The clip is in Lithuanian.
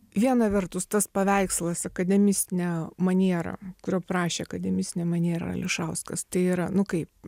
viena vertus tas paveikslas akademinis maniera kurio prašė akademistinė maniera ališauskas taiyra nu kaip